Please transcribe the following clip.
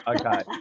Okay